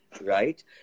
right